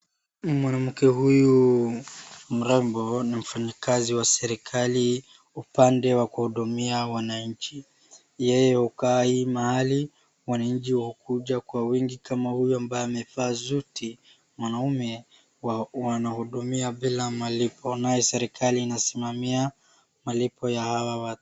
Mwanamke huyu mrembo ni mfanyikazi wa serikali upande wa kuhudumia wanainchi. Yeye hukai mahali wananchi wakuje kwa wengi kama huyu ambaye amevaa zuti mwanaume wanahudumia bila malipo nayo serikali inasimamia malipo ya hawa.